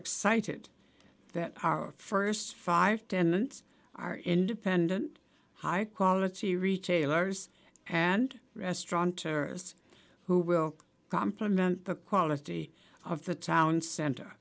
excited that our first five tenants are independent high quality retailers and restauranteurs who will compliment the quality of the town center